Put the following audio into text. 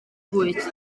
bwyd